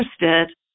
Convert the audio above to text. interested